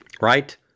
Right